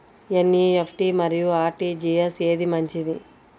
NEFT మరియు RTGS ఏది మంచిది?